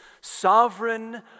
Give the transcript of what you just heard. sovereign